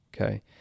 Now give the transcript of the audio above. Okay